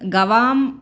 गवां